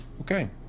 okay